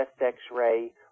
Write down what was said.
x-ray